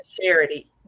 charity